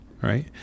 Right